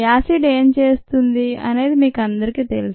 acid ఏం చేస్తుంది అనేది మీకందరికీ తెలుసు